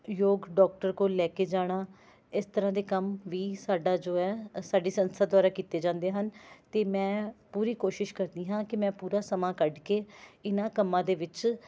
ਯੋਗ ਡੋਕਟਰ ਕੋਲ ਲੈ ਕੇ ਜਾਣਾ ਇਸ ਤਰ੍ਹਾਂ ਦੇ ਕੰਮ ਵੀ ਸਾਡਾ ਜੋ ਹੈ ਸਾਡੀ ਸੰਸਥਾ ਦੁਆਰਾ ਕੀਤੇ ਜਾਂਦੇ ਹਨ ਅਤੇ ਮੈਂ ਪੂਰੀ ਕੋਸ਼ਿਸ ਕਰਦੀ ਹਾਂ ਕਿ ਮੈਂ ਪੂਰਾ ਸਮਾਂ ਕੱਢ ਕੇੇ ਇਹਨਾਂ ਕੰਮਾਂ ਦੇ ਵਿੱਚ